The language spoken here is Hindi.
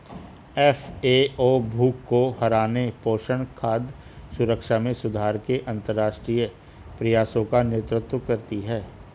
एफ.ए.ओ भूख को हराने, पोषण, खाद्य सुरक्षा में सुधार के अंतरराष्ट्रीय प्रयासों का नेतृत्व करती है